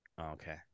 Okay